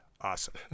awesome